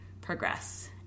progress